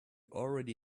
already